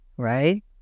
Right